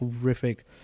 horrific